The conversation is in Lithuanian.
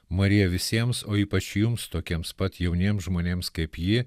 mariją visiems o ypač jums tokiems pat jauniems žmonėms kaip ji